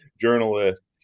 journalists